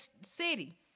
city